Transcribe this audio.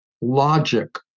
logic